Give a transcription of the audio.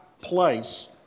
place